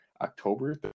October